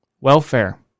welfare